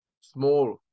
small